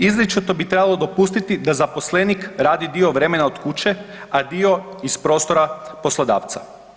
Izričito bi trebali dopustiti da zaposlenik radi dio vremena od kuće, a dio iz prostora poslodavca.